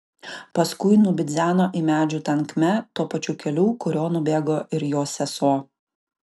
paskui nubidzeno į medžių tankmę tuo pačiu keliu kuriuo nubėgo ir jo sesuo